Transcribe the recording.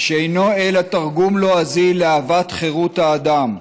שאינו אלא תרגום לועזי לאהבת חירות האדם,